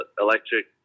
electric